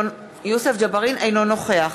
אינו נוכח